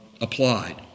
applied